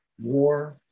war